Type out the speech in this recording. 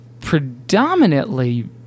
predominantly